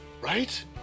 Right